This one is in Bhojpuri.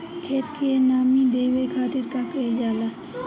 खेत के नामी देवे खातिर का कइल जाला?